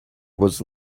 was